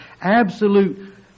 absolute